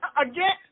Again